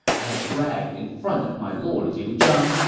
i had bragged in front of my lord liu zhang.